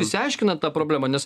išsiaiškinat tą problemą nes